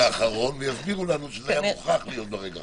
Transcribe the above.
האחרון ויסבירו לנו שזה היה מוכרח להיות ברגע האחרון.